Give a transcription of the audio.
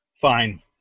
Fine